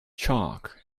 chalk